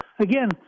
Again